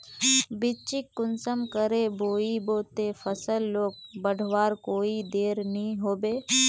बिच्चिक कुंसम करे बोई बो ते फसल लोक बढ़वार कोई देर नी होबे?